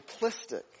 simplistic